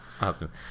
awesome